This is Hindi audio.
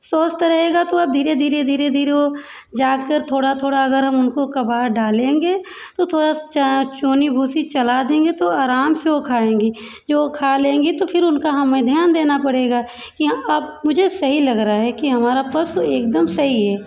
स्वस्थ रहेगा तो अब धीरे धीरे धीरे धीरे वो जाकर थोड़ा थोड़ा अगर हम उनको कबाड़ डालेंगे तो थोड़ा चोनी भूसी चला देंगे तो आराम से वो खाएंगी जो खा लेंगी तो फिर उनका हमें ध्यान देना पड़ेगा कि हाँ अब मुझे सही लग रहा है कि हमारा पशु एकदम सही है